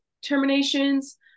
terminations